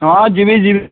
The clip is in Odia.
ହଁ ଯିବି ଯିବି